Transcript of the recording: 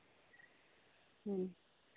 ᱦᱩᱸ